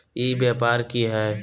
ई व्यापार की हाय?